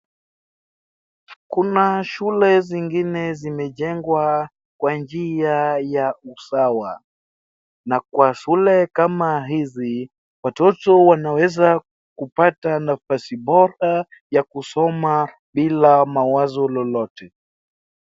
Kuna shule zingine zimejengwa kwa njia ya usawa. Na kwa shule kama hizi, watoto wanaweza kupata nafasi bora ya kusoma bila mawazo lolote.